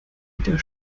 wieder